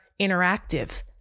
interactive